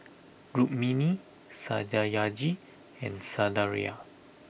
Rukmini Satyajit and Sundaraiah